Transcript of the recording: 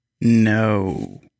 no